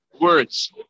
words